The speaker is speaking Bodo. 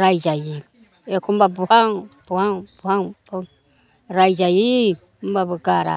रायजायो एखम्बा बुहां बुहां बुहां रायजायो होमबाबो गारा